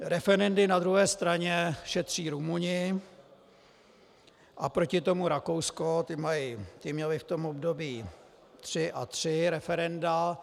Referendy na druhé straně šetří Rumuni a proti tomu Rakousko, ti měli v tom období tři a tři referenda.